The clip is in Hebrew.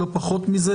לא פחות מזה,